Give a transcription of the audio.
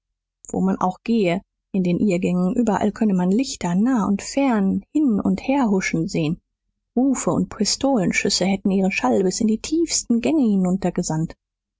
wo man auch gehe in den irrgängen überall könne man lichter nah und fern hin und her huschen sehen rufe und pistolenschüsse hätten ihren schall bis in die tiefsten gänge